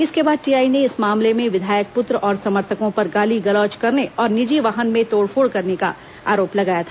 इसके बाद टीआई ने इस मामले में विधायक पुत्र और समर्थकों पर गाली गलौज करने और निजी वाहन में तोड़फोड़ करने का आरोप लगाया था